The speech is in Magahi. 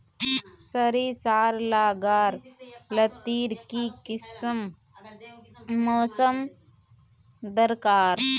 सरिसार ला गार लात्तिर की किसम मौसम दरकार?